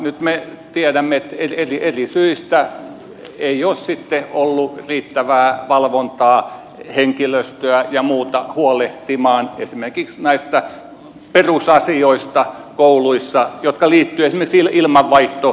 nyt me tiedämme että eri syistä ei ole sitten ollut riittävää valvontaa henkilöstöä ja muuta huolehtimaan kouluissa esimerkiksi näistä perusasioista jotka liittyvät esimerkiksi ilmanvaihtokysymyksiin